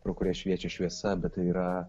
pro kurias šviečia šviesa bet tai yra